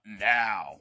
now